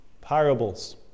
parables